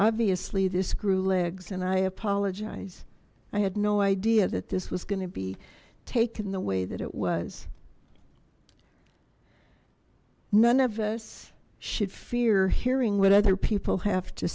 obviously this grew legs and i apologize i had no idea that this was going to be in the way that it was none of us should fear hearing what other people have to